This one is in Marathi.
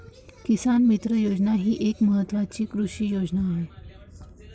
किसान मित्र योजना ही एक महत्वाची कृषी योजना आहे